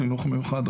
חינוך מיוחד,